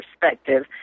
perspective